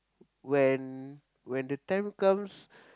when when the time comes